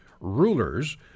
rulers